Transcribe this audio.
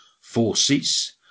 forces